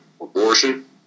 Abortion